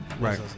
Right